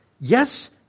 yes